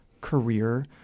career